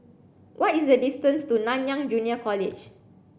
what is the distance to Nanyang Junior College